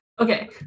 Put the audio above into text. okay